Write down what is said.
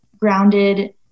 grounded